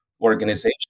organization